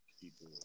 people